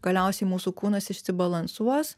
galiausiai mūsų kūnas išsibalansuos